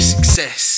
Success